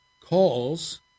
calls